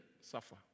suffer